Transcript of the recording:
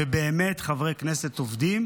ובאמת חברי כנסת עובדים,